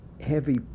heavy